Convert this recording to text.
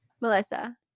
Melissa